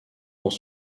dans